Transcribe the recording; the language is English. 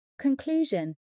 Conclusion